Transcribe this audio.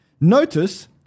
Notice